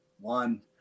One